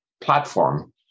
platform